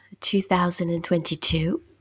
2022